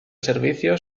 servicio